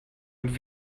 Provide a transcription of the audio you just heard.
mit